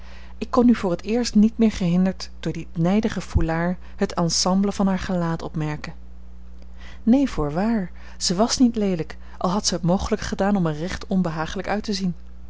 ik kon nu voor het eerst niet meer gehinderd door die nijdige foulard het ensemble van haar gelaat opmerken neen voorwaar zij was niet leelijk al had zij het mogelijke gedaan om er recht onbehagelijk uit te zien